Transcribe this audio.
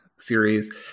series